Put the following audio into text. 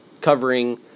covering